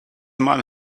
mal